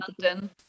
London